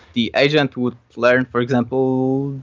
the agent would learn, for example,